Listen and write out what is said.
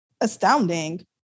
astounding